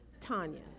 Tanya